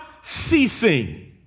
ceasing